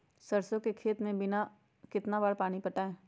सरसों के खेत मे कितना बार पानी पटाये?